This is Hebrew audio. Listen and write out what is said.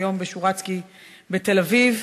והיום ב"שורצקי" בתל-אביב.